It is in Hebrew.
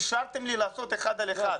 אישרתם לי לעשות אחד על אחד,